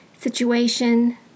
situation